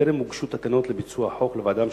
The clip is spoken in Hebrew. טרם הוגשו תקנות לביצוע החוק לוועדה המשותפת,